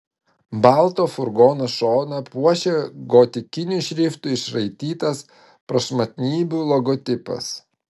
balto furgono šoną puošė gotikiniu šriftu išraitytas prašmatnybių logotipas